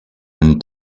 and